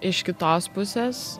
iš kitos pusės